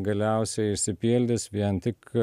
galiausiai išsipildys vien tik